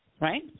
right